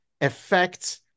affects